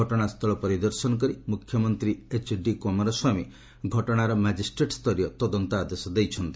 ଘଟଣାସ୍ଥଳ ପରିଦର୍ଶନ କରି ମୁଖ୍ୟମନ୍ତ୍ରୀ ଏଚ୍ଡି କୁମାରସ୍ୱାମୀ ଘଟଣାର ମାଜିଷ୍ଟ୍ରେଟ୍ସ୍ତରୀୟ ତଦନ୍ତ ଆଦେଶ ଦେଇଛନ୍ତି